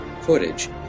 footage